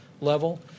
level